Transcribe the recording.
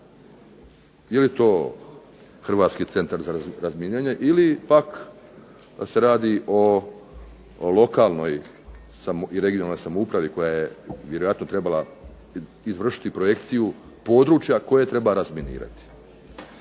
Jeli to Hrvatsku centar za razminiranje ili pak se radi o lokalnoj i regionalnoj samoupravi koja je vjerojatno trebala izvršiti projekciju koje treba razminirati.